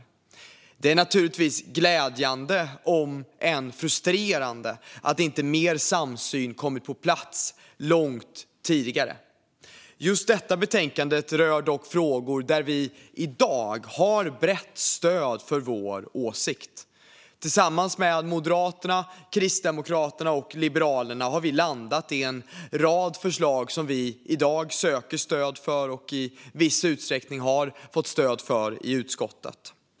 Detta är naturligtvis glädjande även om det är frustrerande att inte mer samsyn kommit på plats långt tidigare. Just detta betänkande rör dock frågor där vi i dag har brett stöd för vår åsikt. Tillsammans med Moderaterna, Kristdemokraterna och Liberalerna har vi landat i en rad förslag som vi i dag söker stöd för och i viss utsträckning har fått stöd för i utskottet.